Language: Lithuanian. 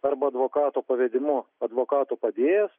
arba advokato pavedimu advokato padėjėjas